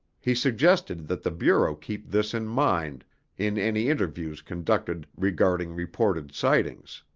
he suggested that the bureau keep this in mind in any interviews conducted regarding reported sightings.